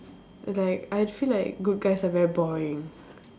it's like I feel like good guys are very boring